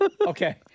Okay